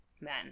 Men